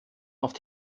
auf